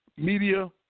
Media